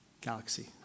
galaxy